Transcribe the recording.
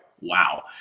wow